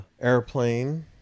Airplane